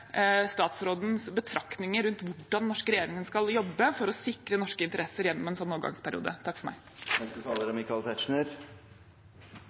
statsrådens betraktninger rundt hvordan den norske regjeringen skal jobbe for å sikre norske interesser gjennom en sånn overgangsperiode.